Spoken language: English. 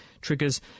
triggers